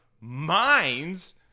minds